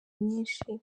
nyinshi